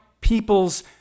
people's